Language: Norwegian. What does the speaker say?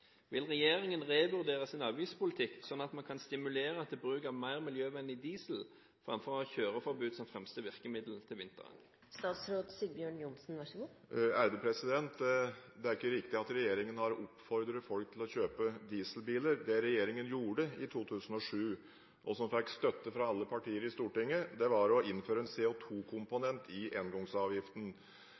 Vil regjeringen revurdere sin avgiftspolitikk, slik at man stimulerer til bruk av mer miljøvennlig diesel fremfor å ha kjøreforbud som fremste virkemiddel til vinteren?» Det er ikke riktig at regjeringen har oppfordret folk til å kjøpe dieselbiler. Det regjeringen gjorde i 2007 – og som fikk støtte fra alle partier i Stortinget – var å innføre en CO2-komponent i engangsavgiften.